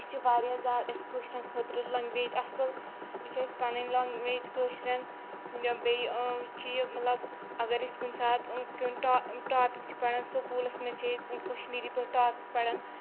یہِ چھِ واریاہ زیادٕ اَسہِ کٲشرٮ۪ن خٲطرٕ لنٛگویج اَصٕل یہِ چھِ اَسہِ پَنٕنۍ لنٛگویج کٲشرٮ۪ن بیٚیہِ چھِ یہِ مطلب اَگر أسۍ کُنۍ ساتہٕ کُنۍ ٹا ٹاپِک چھِ پَران سکوٗلَس منٛز چھِ أسۍ کَشمیٖری پٲٹھۍ ٹاپِک پَران